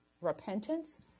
repentance